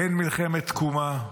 אין מלחמת תקומה,